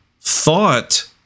thought